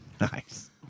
Nice